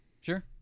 sure